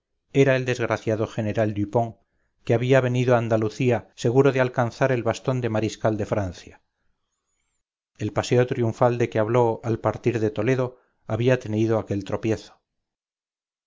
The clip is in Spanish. era el desgraciado general dupont que habíavenido a andalucía seguro de alcanzar el bastón de mariscal de francia el paseo triunfal de que habló al partir de toledo había tenido aquel tropiezo